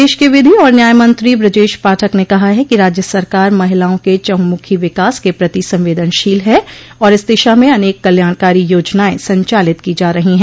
प्रदेश के विधि और न्याय मंत्री बृजेश पाठक ने कहा है कि राज्य सरकार महिलाओं के चहुँमुखी विकास के प्रति संवेदनशील है और इस दिशा में अनेक कल्याणकारी योजनाएं संचालित की जा रही हैं